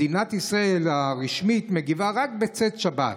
מדינת ישראל הרשמית מגיבה רק בצאת שבת,